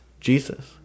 Jesus